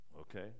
okay